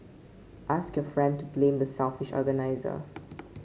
ask your friend to blame the selfish organiser